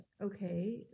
okay